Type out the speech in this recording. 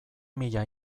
mila